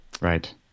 Right